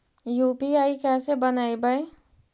UPI कैसे बनइबै?